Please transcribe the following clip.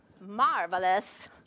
marvelous